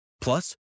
Plus